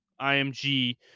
IMG